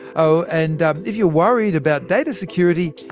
oh and if you're worried about data security,